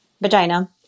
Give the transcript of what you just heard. vagina